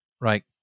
right